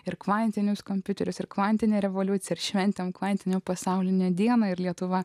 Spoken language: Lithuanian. ir kvantinius kompiuterius ir kvantinė revoliucija šventėm kvantinių pasaulinę dieną ir lietuva